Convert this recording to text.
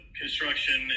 construction